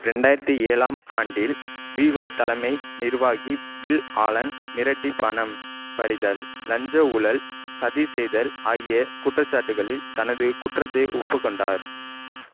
ரெண்டாயிரத்தி ஏழாம் ஆண்டில் வீகோ தலைமை நிர்வாகி பில் ஆலன் மிரட்டிப் பணம் பறிதல் லஞ்ச ஊழல் சதி செய்தல் ஆகிய குற்றச்சாட்டுகளில் தனது குற்றத்தை ஒப்புக்கொண்டார்